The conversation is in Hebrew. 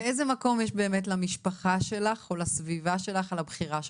ואיזה מקום יש באמת למשפחה שלך או לסביבה שלך על הבחירה שלך?